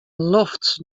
lofts